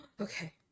Okay